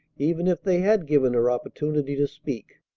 even if they had given her opportunity to speak.